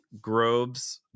grobes